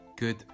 Good